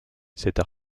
cette